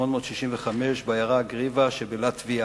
1865 בעיירה גריבה שבלטביה.